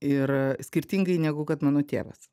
ir skirtingai negu kad mano tėvas